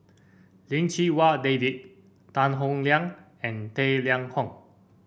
Lim Chee Wai David Tan Howe Liang and Tang Liang Hong